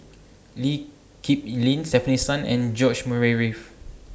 Lee Kip Lin Stefanie Sun and George Murray Reith